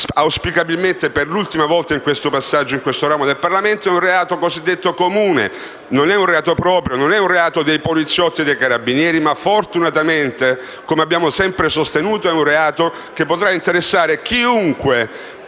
auspicabilmente per l'ultima volta nel passaggio in questo ramo del Parlamento - è un reato cosiddetto comune; non è un reato proprio, non è un reato dei poliziotti e dei carabinieri, ma fortunatamente - come abbiamo sempre sostenuto - potrà interessare chiunque